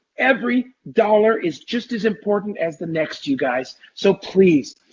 every dollar is just as important as the next you guys. so please,